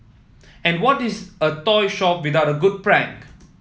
and what is a toy shop without a good prank